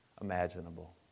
Imaginable